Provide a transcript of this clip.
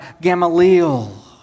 Gamaliel